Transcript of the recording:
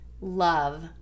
love